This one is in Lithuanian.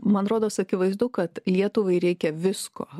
man rodos akivaizdu kad lietuvai reikia visko